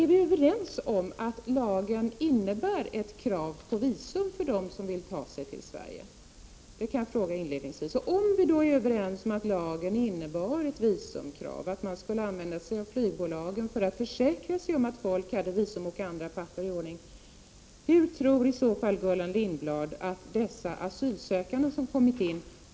Är vi överens om att lagen innebär ett krav på visum för dem som vill ta sig till Sverige? Om lagen innebär ett visumkrav och att man skall använda sig av flygbolagen för att försäkra sig om att folk har visum och andra papper i ordning, hur tror i så fall Gullan Lindblad att vissa asylsökande har kommit in?